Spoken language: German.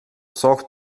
sorgte